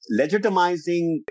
legitimizing